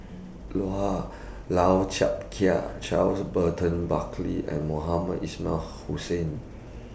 Lau Chiap Khai Charles Burton Buckley and Mohamed Ismail Hussain